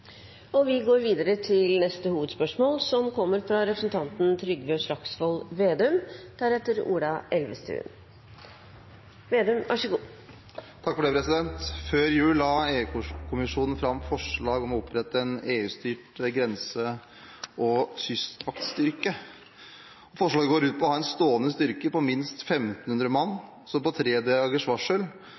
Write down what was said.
Vi går videre til neste hovedspørsmål. Før jul la EU-kommisjonen fram forslag om å opprette en EU-styrt grense- og kystvaktstyrke. Forslaget går ut på å ha en stående styrke på minst 1 500 mann som på tre dagers varsel